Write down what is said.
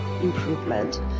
improvement